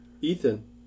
Ethan